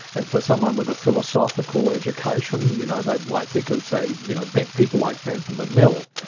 and for someone with a philosophical education, you know, they might think of say you know but people like bentham and mill.